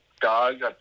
dog